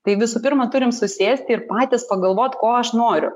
tai visų pirma turim susėsti ir patys pagalvot ko aš noriu